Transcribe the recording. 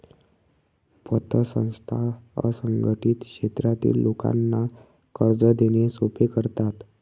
पतसंस्था असंघटित क्षेत्रातील लोकांना कर्ज देणे सोपे करतात